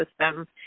system